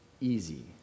easy